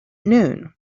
noon